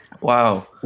Wow